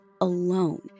alone